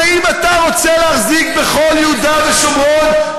הרי אם אתה רוצה להחזיק בכל יהודה ושומרון,